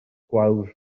gwawr